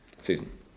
Susan